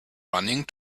running